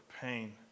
pain